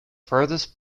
furthest